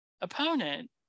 opponent